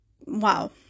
wow